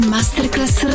Masterclass